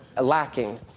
lacking